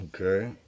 Okay